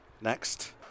next